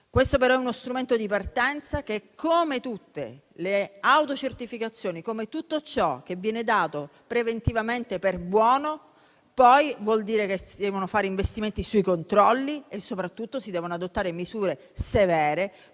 Questo, però, è uno strumento di partenza che, come tutte le autocertificazioni, come tutto ciò che viene dato preventivamente per buono, implica che poi si debbano fare investimenti sui controlli e soprattutto si debbano adottare misure severe